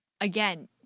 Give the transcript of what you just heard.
again